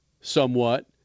somewhat